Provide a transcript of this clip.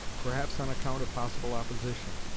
perhaps on account of possible opposition.